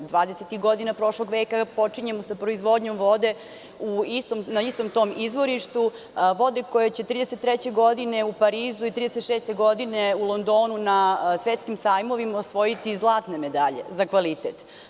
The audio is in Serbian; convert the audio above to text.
Dvadesetih godina prošlog veka počinjemo sa proizvodnjom vode na istom tom izvorištu, vode koja će 1933. godine u Parizu i 1936. godine u Londonu na svetskim sajmovima osvojiti zlatne medalje za kvalitet.